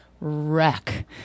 wreck